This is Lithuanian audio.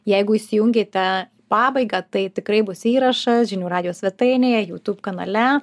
jeigu įsijungėte pabaigą tai tikrai bus įrašas žinių radijo svetainėje jutub kanale